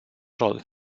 rol